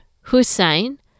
Hussein